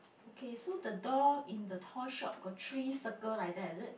okay so the door in the toy shop got three circle like that is it